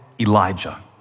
Elijah